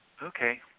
Okay